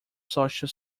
social